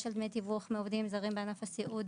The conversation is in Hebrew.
של דמי תיווך מעובדים זרים בענף הסיעוד.